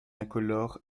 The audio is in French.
incolore